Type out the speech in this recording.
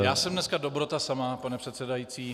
Já jsem dneska dobrota sama, pane předsedající.